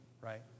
right